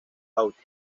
auto